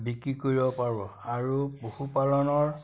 বিক্ৰী কৰিব পাৰোঁ আৰু পশুপালনৰ